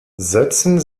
setzen